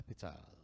capital